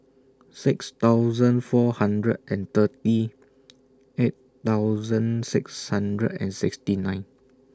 six thousand four hundred and thirty eight thousand six hundred and sixty nine